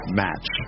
match